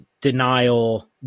denial